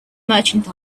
merchant